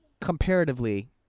Comparatively